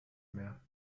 mehr